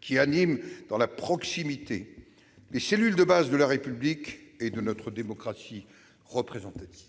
qui animent dans la proximité les cellules de base de la République et de notre démocratie représentative ».